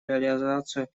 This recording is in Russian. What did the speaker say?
реализацию